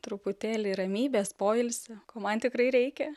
truputėlį ramybės poilsio ko man tikrai reikia